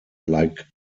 like